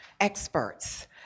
experts